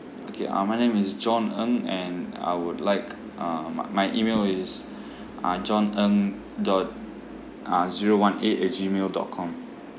okay uh my name is john ng and I would like uh ma~ my email is uh john ng dot uh zero one eight at gmail dot com